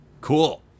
cool